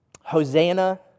Hosanna